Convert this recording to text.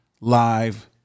Live